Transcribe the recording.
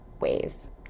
ways